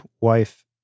wife